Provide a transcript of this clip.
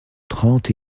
trente